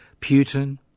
Putin